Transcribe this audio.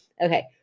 Okay